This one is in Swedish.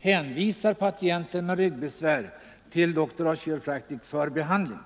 hänvisar patienter med ryggbesvär m.m. till Doctors of Chiropractic för behandling.